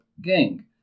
gang